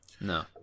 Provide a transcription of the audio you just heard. No